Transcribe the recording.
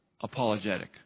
apologetic